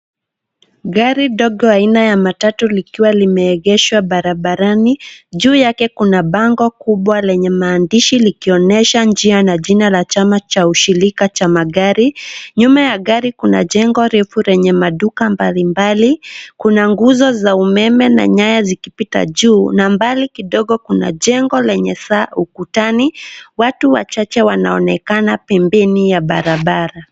Gari dogo aina ya matatu limeegeshwa barabarani. Juu yake kuna bango kubwa lenye maandishi yanayoonyesha njia na jina la chama cha ushirika cha magari. Nyuma ya gari kuna jengo refu lenye maduka mbalimbali. Pia kuna nguzo za umeme na nyaya zinazopita juu. Mbali kidogo kuna jengo lenye saa ukutani. Watu wachache wanaonekana pembeni mwa barabara.